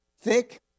thick